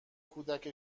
کودک